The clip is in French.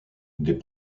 des